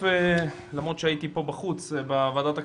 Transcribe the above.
למרות שהייתי פה בחוץ בוועדת הכנסת,